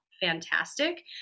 fantastic